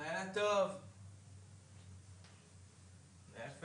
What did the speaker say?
עליהן דיברנו ולעניין תהליכי אכיפה